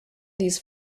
these